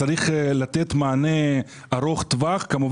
צריך לתת מענה ארוך טווח, כדי